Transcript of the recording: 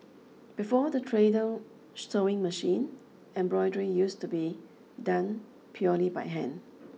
before the treadle sewing machine embroidery used to be done purely by hand